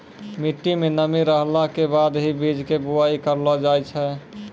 मिट्टी मं नमी रहला के बाद हीं बीज के बुआई करलो जाय छै